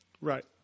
Right